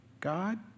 God